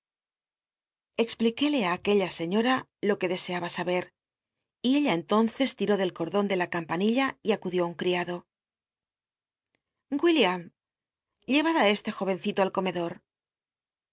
expliqué le á aqu ella sciíom lo que deseaba sabe y ella entonces tiró del colon de la campanilla y acud ió un rriado william llerad i esle jo encito al comedor